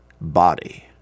body